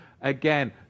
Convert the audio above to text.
Again